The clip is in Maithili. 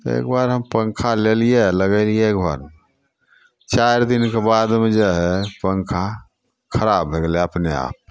तऽ एकबार हम पन्खा लेलिए आओर लगेलिए घरमे चारि दिनके बाद ओहिमे जे हइ पन्खा खराब होइ गेलै अपनेआप